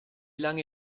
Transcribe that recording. lange